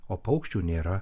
o paukščių nėra